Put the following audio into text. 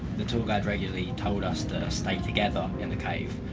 the tour guide regularly told us to stay together in the cave.